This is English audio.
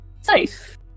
...safe